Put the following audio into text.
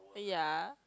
ya